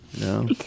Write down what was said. no